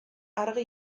argi